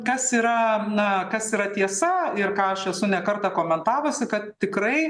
kas yra na kas yra tiesa ir ką aš esu ne kartą komentavusi kad tikrai